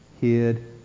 hid